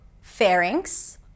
pharynx